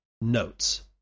notes